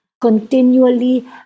continually